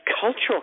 cultural